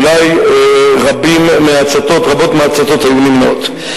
אולי רבות מההצתות היו נמנעות.